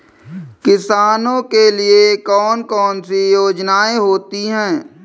किसानों के लिए कौन कौन सी योजनायें होती हैं?